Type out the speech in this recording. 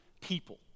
people